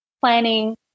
planning